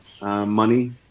money